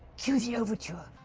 cue the overture.